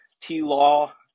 T-Law